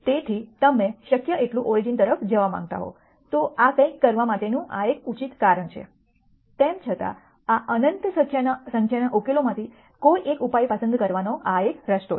તેથી તમે શક્ય તેટલું ઓરિજીન તરફ જવા માંગતા હોવ તો આ કંઈક કરવા માટેનું આ એક ઉચિત કારણ છે તેમ છતાં આ અનંત સંખ્યાના ઉકેલોમાંથી કોઈ એક ઉપાય પસંદ કરવાનો આ એક રસ્તો છે